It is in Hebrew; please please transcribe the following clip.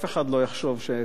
כולנו פה מדברים,